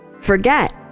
forget